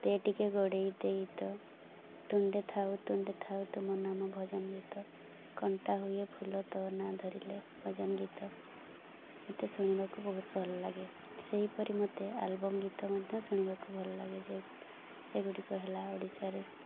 ଦେ ଟିକେ ଗଡ଼େଇ ଦେ ଗୀତ ତୁଣ୍ଡେ ଥାଉ ତୁଣ୍ଡେ ଥାଉ ତୁମ ନାମ ଭଜନ ଗୀତ କଣ୍ଟା ହୁଏ ଫୁଲ ତୋ ନାଁ ଧରିଲେ ଭଜନ ଗୀତ ମତେ ଶୁଣିବାକୁ ବହୁତ ଭଲ ଲାଗେ ସେହିପରି ମତେ ଆଲବମ୍ ଗୀତ ମଧ୍ୟ ଶୁଣିବାକୁ ଭଲ ଲାଗେ ଯେ ସେଗୁଡ଼ିକ ହେଲା ଓଡ଼ିଶାରେ